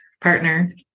partner